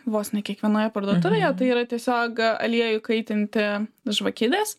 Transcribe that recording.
vos ne kiekvienoje parduotuvėje tai yra tiesiogiai a aliejų įkaitinti žvakidės